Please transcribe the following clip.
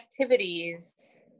activities